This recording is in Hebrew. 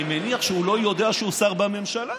אני מניח שהוא לא יודע שהוא שר בממשלה.